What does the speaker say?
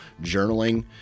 journaling